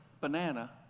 banana